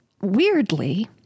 weirdly